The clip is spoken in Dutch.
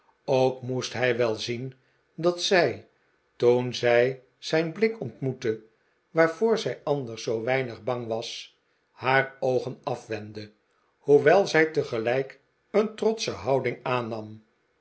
ook moest hij wel zien dat zij toen zij zijn blik ontmoette waarvoor zij anders zoo weinig bang was haar oogen afwendde hoewel zij tegelijk een trotsche houding aannam